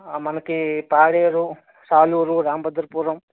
ఆ మనకి పాడేరు ఆలూరు రాంబద్రపురం